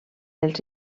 els